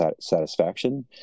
satisfaction